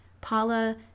Paula